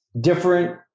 different